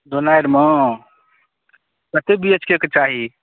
दोनारिमे कतेक B H K के चाही